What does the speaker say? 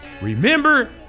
Remember